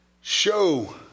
Show